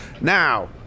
Now